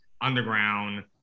Underground